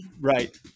right